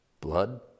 blood